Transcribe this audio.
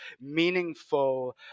meaningful